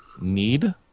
Need